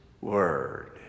word